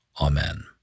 amen